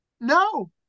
No